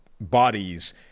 bodies